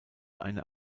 eine